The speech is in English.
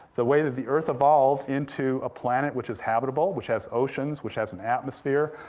the way that the earth evolved into a planet which is habitable, which has oceans, which has an atmosphere,